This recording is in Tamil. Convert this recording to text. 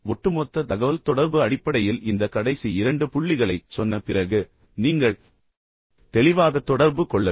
ஒட்டுமொத்த தகவல்தொடர்பு அடிப்படையில் இந்த கடைசி இரண்டு புள்ளிகளைச் சொன்ன பிறகு நீங்கள் தெளிவாக தொடர்பு கொள்ள வேண்டும்